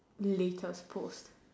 latest post